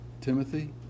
Timothy